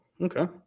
Okay